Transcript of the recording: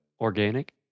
Organic